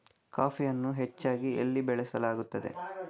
ಕಾಫಿಯನ್ನು ಹೆಚ್ಚಾಗಿ ಎಲ್ಲಿ ಬೆಳಸಲಾಗುತ್ತದೆ?